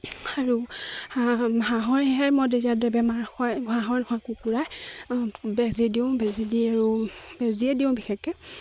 আৰু হাঁহ হাঁহৰহে মই তেতিয়া বেমাৰ হয় হাঁহৰ কুকুৰা বেজি দিওঁ বেজি দি আৰু বেজিয়ে দিওঁ বিশেষকে